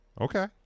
okay